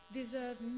deserve